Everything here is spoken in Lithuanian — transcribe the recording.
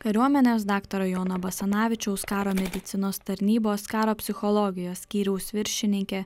kariuomenės daktaro jono basanavičiaus karo medicinos tarnybos karo psichologijos skyriaus viršininkė